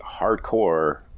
hardcore